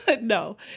No